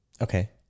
Okay